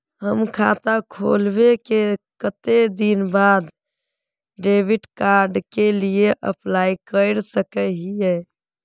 हम खाता खोलबे के कते दिन बाद डेबिड कार्ड के लिए अप्लाई कर सके हिये?